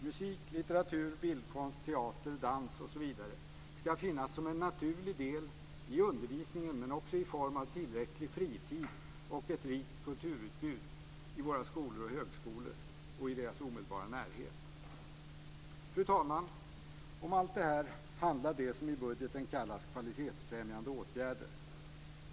Musik, litteratur, bildkonst, teater, dans osv. ska finnas som en naturlig del i undervisningen men också i form av tillräcklig fritid och ett rikt kulturutbud på våra skolor och högskolor och i deras omedelbara närhet. Fru talman! Om allt detta handlar det som i budgeten kallas för kvalitetsfrämjande åtgärder.